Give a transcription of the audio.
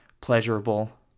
pleasurable